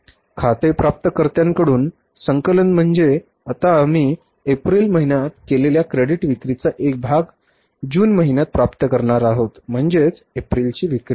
खाते प्राप्तकर्त्यांकडून संकलन म्हणजे आता आम्ही एप्रिल महिन्यात केलेल्या क्रेडिट विक्रीचा एक भाग जून महिन्यात प्राप्त करणार आहोत म्हणजेच एप्रिलची विक्री